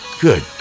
Good